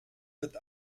wird